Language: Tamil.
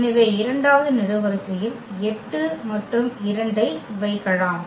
எனவே இரண்டாவது நெடுவரிசையில் 8 மற்றும் 2 ஐ வைக்கலாம்